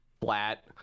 flat